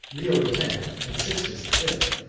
leo the tenth, and sixtus the fifth,